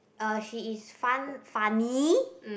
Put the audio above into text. uh she is fun~ funny